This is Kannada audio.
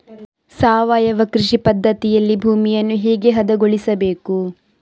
ಸಾವಯವ ಕೃಷಿ ಪದ್ಧತಿಯಲ್ಲಿ ಭೂಮಿಯನ್ನು ಹೇಗೆ ಹದಗೊಳಿಸಬೇಕು?